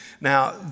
Now